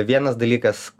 vienas dalykas